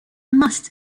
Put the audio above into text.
must